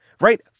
right